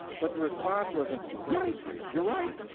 but the response wasn't, yikes, you're right.